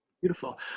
Beautiful